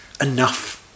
enough